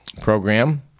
program